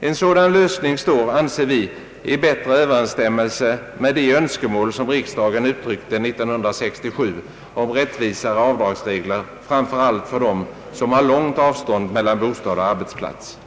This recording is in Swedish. En sådan lösning står, anser vi, i bättre överensstämmelse med de önskemål riksdagen uttryckte 1967 om rättvisare avdragsregler framför allt för dem som har långt avstånd mellan bostad och arbetsplats.